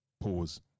pause